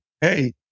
hey